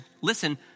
listen